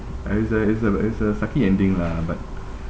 uh it's a it's a it's a sucky ending lah but